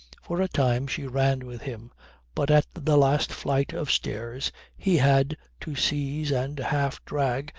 for a time she ran with him but at the last flight of stairs he had to seize and half drag,